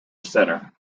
center